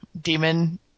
demon